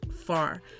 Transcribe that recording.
far